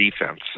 defense